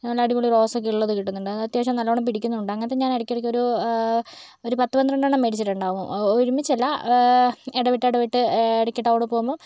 നല്ല അടിപൊളി റോസ് ഒക്കെ ഉള്ളത് കിട്ടുന്നുണ്ട് അത് അത്യാവശ്യം നല്ലവണ്ണം പിടിക്കുന്നുമുണ്ട് അങ്ങനെ തന്നെ ഇടക്ക് ഇടക്ക് ഒരു ഒരു പത്ത് പന്ത്രണ്ടണ്ണം മേടിച്ചിട്ടുണ്ടാകും ഒരുമിച്ചല്ല ഇടവിട്ട് ഇടവിട്ട് ഇടക്ക് ടൗണിൽ പോകുമ്പോൾ